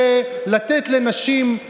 וחסם לבלעם ולאתון את הדרך.